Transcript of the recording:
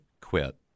quit